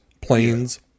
planes